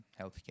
healthcare